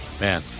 man